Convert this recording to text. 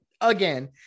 again